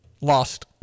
Lost